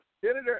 Senator